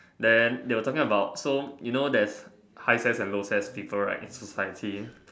then they were talking about so you know there's high S_E_S and low S_E_S people right in society